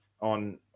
on